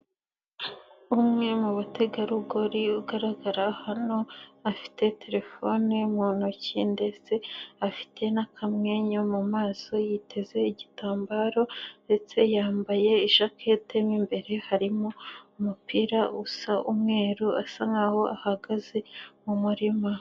Umwe mu bategarugori ugaragara hano afite terefone mu ntoki ndetse afite n'akamwenyu mumaso yiteze igitambaro ndetse yambaye ishaketi n imbere harimo umupira usa umweru asa nkaho ahagaze mu murima.